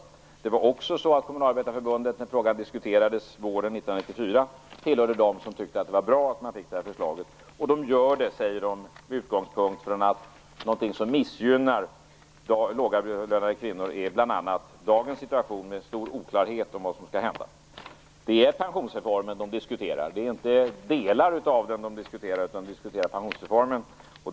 När frågan diskuterades våren 1994 tillhörde Kommunalarbetareförbundet dem som tyckte att det var bra att man fick det förslaget. Det säger man med utgångspunkt i att någonting som missgynnar de lågavlönade kvinnorna är bl.a. dagens situation med stor oklarhet om vad som skall hända. Det är hela pensionsreformen man diskuterar, inte delar av den.